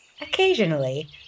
Occasionally